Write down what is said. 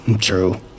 True